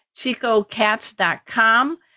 ChicoCats.com